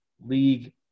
league